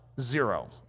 Zero